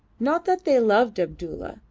not that they loved abdulla,